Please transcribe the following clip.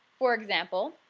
for example,